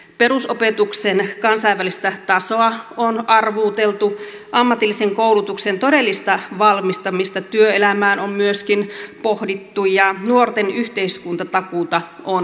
perusopetuksen kansainvälistä tasoa on arvuuteltu ammatillisen koulutuksen todellista valmistamista työelämään on myöskin pohdittu ja nuorten yhteiskuntatakuuta on kritisoitu